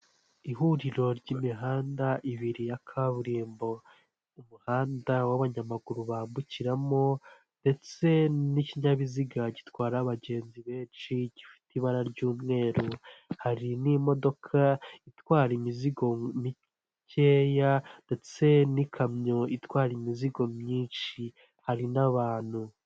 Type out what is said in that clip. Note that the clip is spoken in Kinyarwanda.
Ihuriro ry'imihanda ibiri ya kaburimbo, umuhanda w'abanyamaguru bambukiramo ndetse n'ikinyabiziga gitwara abagenzi benshi gifite ibara ry'umweru hari n'imodoka itwara imizigo mikeya, ndetse n'ikamyo itwara imizigo myinshi, hari n'abantu.